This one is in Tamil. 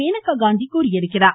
மேனகா காந்தி தெரிவித்துள்ளார்